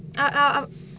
I I I